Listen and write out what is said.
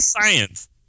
science